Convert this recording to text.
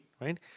right